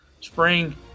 spring